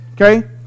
Okay